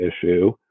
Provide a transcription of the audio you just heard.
issue